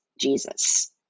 Jesus